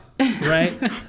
Right